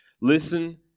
listen